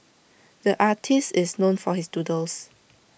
the artist is known for his doodles